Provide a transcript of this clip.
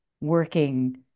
working